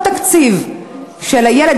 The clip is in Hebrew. אותו תקציב של הילד,